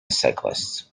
cyclists